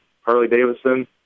Harley-Davidson